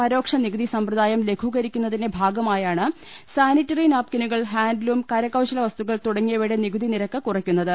പരോക്ഷ നികുതി സമ്പ്രദായം ലഘൂകരി ക്കുന്നതിന്റെ ഭാഗമായാണ് സാനിട്ടറി നാപ്കിനുകൾ ഹാന്റ് ലൂം കരകൌശലവസ്തുക്കൾ തുടങ്ങിയവയുടെ നികുതി നിരക്ക് കുറയ്ക്കുന്ന ത്